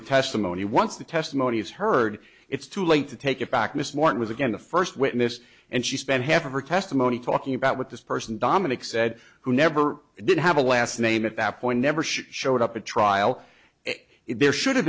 the testimony once the testimony is heard it's too late to take it back miss morton was again the first witness and she spent half of her testimony talking about what this person dominick said who never did have a last name at that point never showed up at trial if there should have